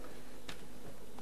ימנים מובהקים,